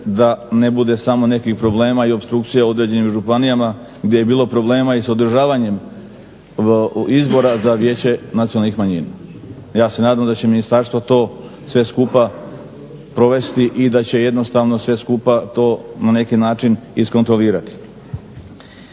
da ne bude samo nekih problema i opstrukcija u određenim županijama gdje je bilo problema i sa održavanjem izbora za Vijeće nacionalnih manjina. Ja se nadam da će ministarstvo to sve skupa provesti i da će jednostavno sve skupa to na neki način iskontrolirati.